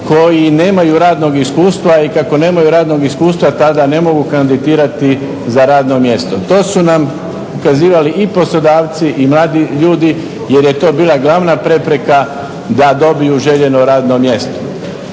koji nemaju radnog iskustva, jer kako nemaju radnog iskustva tada ne mogu kandidirati za radno mjesto. To su nam kazivali i poslodavci i mladi ljudi jer je to bila glavna prepreka da dobiju željeno radno mjesto.